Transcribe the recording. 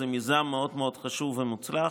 זה מיזם מאוד מאוד חשוב ומוצלח,